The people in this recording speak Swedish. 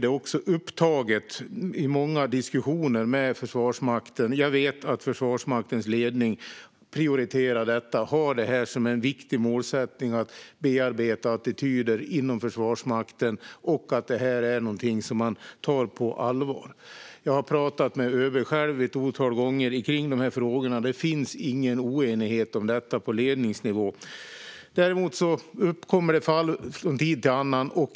Det har också tagits upp i många diskussioner med Försvarsmakten. Jag vet att Försvarsmaktens ledning prioriterar detta och har som en viktig målsättning att bearbeta attityder inom Försvarsmakten samt att detta är något som man tar på allvar. Jag har själv ett antal gånger talat med ÖB om dessa frågor. Det finns ingen oenighet om detta på ledningsnivå. Däremot uppstår fall från tid till annan.